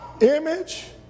image